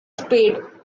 spade